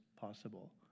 possible